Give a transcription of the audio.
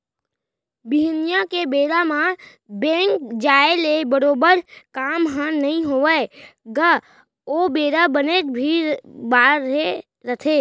बिहनिया के बेरा म बेंक जाय ले बरोबर काम ह नइ होवय गा ओ बेरा बनेच भीड़ भाड़ रथे